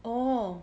oh